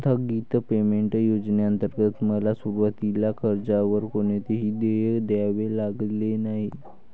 स्थगित पेमेंट योजनेंतर्गत मला सुरुवातीला कर्जावर कोणतेही देय द्यावे लागले नाही